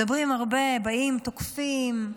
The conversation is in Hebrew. מדברים הרבה, באים, תוקפים.